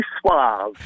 suave